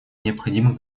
необходимых